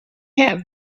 have